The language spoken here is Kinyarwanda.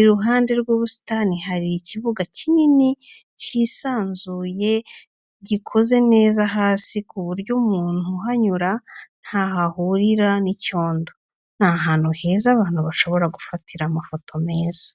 iruhande rw'ubusitani hari ikibuga kinini cyisanzuye gikoze neza hasi ku buryo umuntu uhanyura ntaho ahurira n'icyondo. Ni ahantu heza abantu bashobora gufatira amafoto meza.